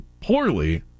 poorly